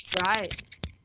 Right